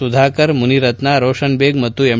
ಸುಧಾಕರ್ ಮುನಿರತ್ನ ರೋಷನ್ ಬೇಗ್ ಮತ್ತು ಎಂ